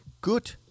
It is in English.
good